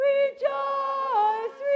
Rejoice